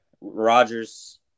Rodgers